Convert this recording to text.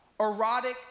Erotic